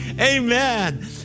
Amen